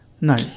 No